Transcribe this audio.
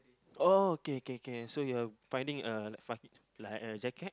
oh okay okay okay so you're like finding a find like a jacket